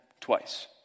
twice